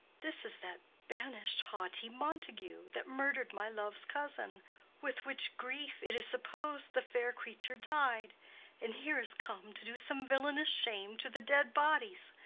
this is that banish'd haughty montague that murd'red my love's cousin with which grief it is supposed the fair creature died and here is come to do some villanous shame to the dead bodies.